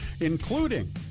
including